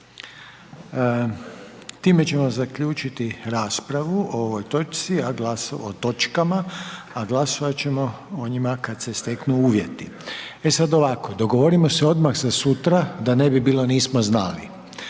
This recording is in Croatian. Time ćemo zaključiti raspravu o ovoj točci, o točkama, a glasovati ćemo o njima kada se steknu uvjeti. E sada ovako, dogovorimo se odmah za sutra, da ne bi bilo nismo znali.